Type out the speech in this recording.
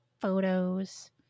photos